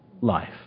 life